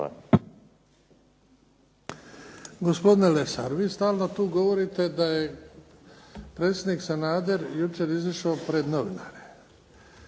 Hvala.